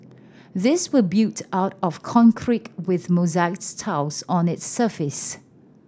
these were built out of concrete with mosaic tiles on its surface